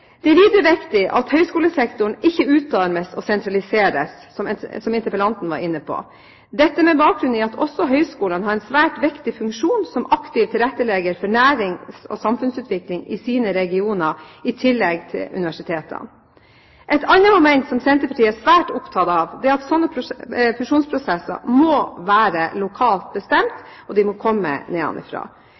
Det er videre viktig at høyskolesektoren ikke utarmes og sentraliseres, som interpellanten var inne på – dette med bakgrunn i at også høyskolene har en svært viktig funksjon som aktiv tilrettelegger for nærings- og samfunnsutvikling i sine regioner, i tillegg til universitetene. Et annet moment som Senterpartiet er svært opptatt av, er at sånne fusjonsprosesser må være lokalt bestemt – de må komme